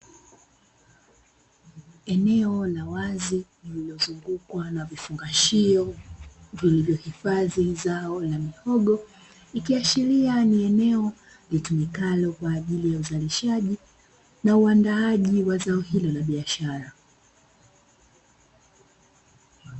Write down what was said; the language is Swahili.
Eneo la wazi lililozungukwa na vifungashio vilivyo hifadhi zao la mihogo, ikiashiria ni eneo litumikalo kwaajili ya uzalishaji na uandaaji wa zao hilo la biashara.